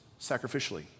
sacrificially